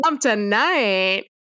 tonight